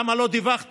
למה לא דיווחת?